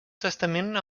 testament